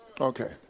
Okay